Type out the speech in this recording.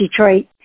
Detroit